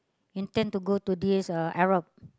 intend to go to this uh Arab